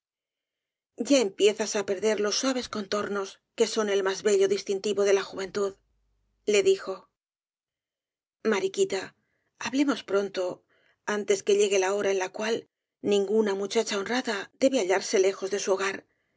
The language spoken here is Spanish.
ya empiezas á perder los suaves contornos que son el más bello distintivo de la juventud le dijo mariquita hablemos pronto antes que llegue la hora en la cual ninguna muchacha honrada debe hallarse lejos de su hogar